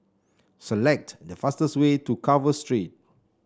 select the fastest way to Carver Street